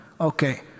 Okay